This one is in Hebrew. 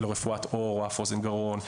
לרפואת עור או אף אוזן גרון,